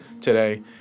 today